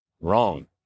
Wrong